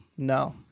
No